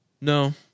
no